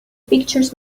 pictures